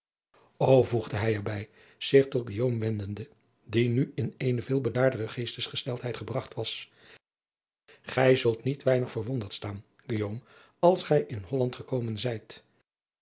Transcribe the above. voegde hij er bij zich tot guillaume wendende die nu in eene veel bedaardere geestgesteltenis gebragt was gij zult niet weinig verwonderd staan guillaume als gij in holland gekomen zijt